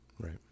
Right